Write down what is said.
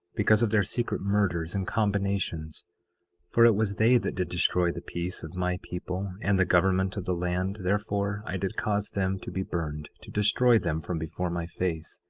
because of their secret murders and combinations for it was they that did destroy the peace of my people and the government of the land therefore i did cause them to be burned, to destroy them from before my face,